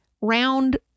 round